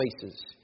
places